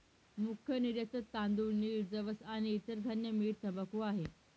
मुख्य निर्यातत तांदूळ, नीळ, जवस आणि इतर धान्य, मीठ, तंबाखू आहे